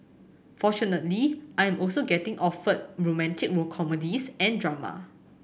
fortunately I am also getting offered romantic comedies and drama